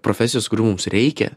profesijos kurių mums reikia